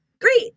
Great